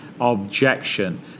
objection